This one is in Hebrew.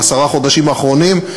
בעשרת החודשים האחרונים,